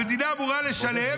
המדינה אמורה לשלם.